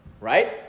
Right